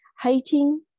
Hating